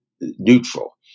neutral